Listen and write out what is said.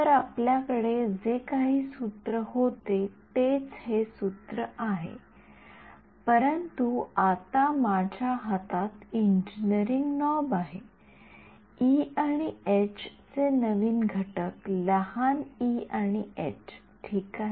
तर आपल्याकडे जे काही सूत्र होते तेच हे सूत्र आहे परंतु आता माझ्या हातात इंजिनिअरिंग नॉब आहे ई आणि एच चे नवीन घटक लहान ई आणि एच ठीक आहे